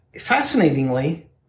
fascinatingly